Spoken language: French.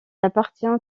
appartient